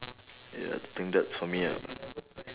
ya I think that's for me ah